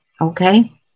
okay